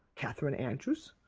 catherine andrews.